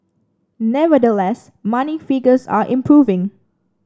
nevertheless monthly figures are improving